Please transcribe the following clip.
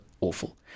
awful